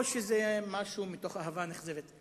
או שזה מתוך אהבה נכזבת.